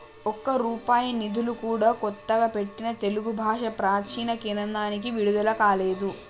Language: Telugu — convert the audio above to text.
ఒక్క రూపాయి నిధులు కూడా కొత్తగా పెట్టిన తెలుగు భాషా ప్రాచీన కేంద్రానికి విడుదల కాలేదు